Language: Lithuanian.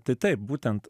tai taip būtent